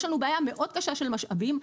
יש לנו בעיה מאוד קשה של משאבים,